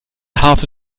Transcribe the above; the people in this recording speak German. harte